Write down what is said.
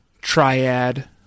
triad